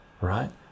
right